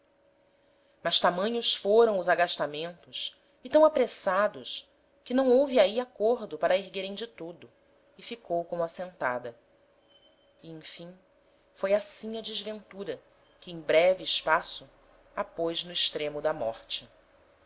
mas tamanhos foram os agastamentos e tam apressados que não houve ahi acordo para a erguerem de todo e ficou como assentada e emfim foi assim a desventura que em breve espaço a pôs no extremo da morte